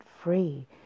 free